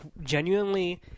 genuinely